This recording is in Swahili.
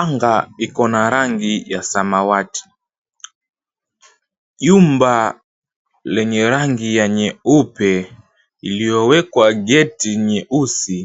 Anga iko na rangi ya samawati. Jumba lenye rangi la nyeupe, iliyowekwa geti nyeusi,